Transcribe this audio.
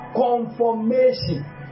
Conformation